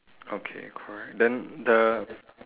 okay correct then the